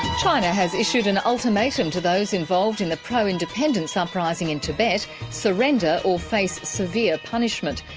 china has issued an ultimatum to those involved in the pro-independence uprising in tibet surrender or face severe punishment.